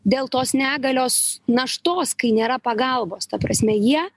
dėl tos negalios naštos kai nėra pagalbos ta prasme jie